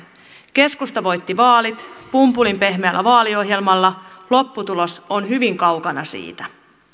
keskusta voitti vaalit pumpulinpehmeällä vaaliohjelmalla lopputulos on hyvin kaukana siitä